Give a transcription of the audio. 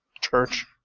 church